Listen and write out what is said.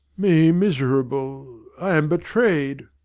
me miserable! i am betrayed,